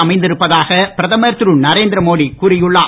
அமைந்திருப்பதாக பிரதமர் திரு நரேந்திரமோடி கூறி உள்ளார்